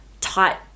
tight